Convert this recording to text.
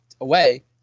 away